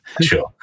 Sure